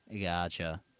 Gotcha